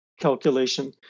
calculation